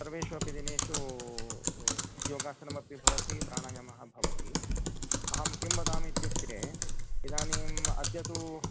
सर्वेषु अपि दिनेषु योगासनमपि भवति प्राणायामः भवति अहं किं वदामि इत्युक्ते इदानीम् अद्य तु